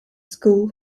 school